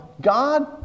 God